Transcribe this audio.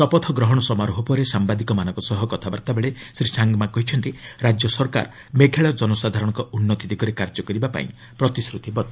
ଶପଥ ଗ୍ରହଣ ସମାରୋହ ପରେ ସାମ୍ବାଦିକମାନଙ୍କ ସହ କଥାବାର୍ତ୍ତାବେଳେ ଶ୍ରୀ ସାଙ୍ଗମା କହିଛନ୍ତି ରାଜ୍ୟ ସରକାର ମେଘାଳୟ କନସାଧାରରଙ୍କ ଉନ୍ନତି ଦିଗରେ କାର୍ଯ୍ୟ କରିବାପାଇଁ ପ୍ରତିଶ୍ରତିବଦ୍ଧ